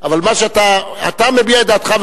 אבל אתה מביע את דעתך,